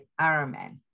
Ironman